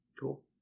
Cool